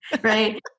Right